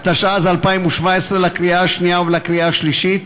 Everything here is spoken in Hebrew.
התשע"ז 2017, לקריאה השנייה ולקריאה השלישית.